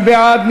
מי בעד?